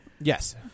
Yes